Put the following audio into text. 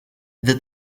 the